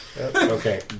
Okay